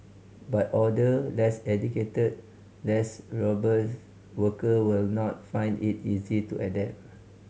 but older less educated less robust workers will not find it easy to adapt